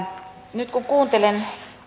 nyt kun kuuntelen